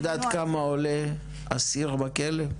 את יודעת כמה עולה אסיר בכלא לשנה?